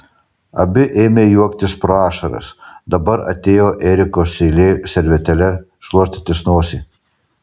abi ėmė juoktis pro ašaras dabar atėjo erikos eilė servetėle šluostytis nosį